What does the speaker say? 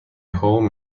home